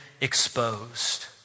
exposed